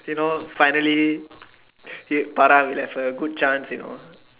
you know what finally I would have a good chance you know